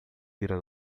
tira